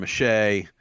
mache